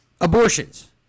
abortions